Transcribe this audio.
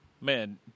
Man